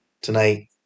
tonight